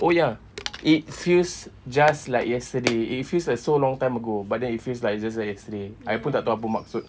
oh ya it feels just like yesterday it feels like so long time ago but then it feels like it's just like yesterday I pun tak tahu apa maksud